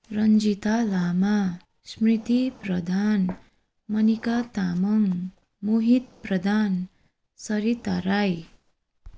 Ranjita Lama Smriti Pradhan Manika Tamang Mohit Pradhan Sarita Rai